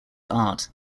art